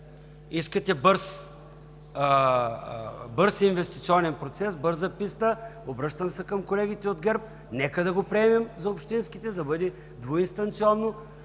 Искате бърз инвестиционен процес, бърза писта! Обръщам се към колегите от ГЕРБ – нека да го приемем за общинските, да бъде двуинстанционно